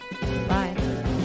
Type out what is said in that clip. Bye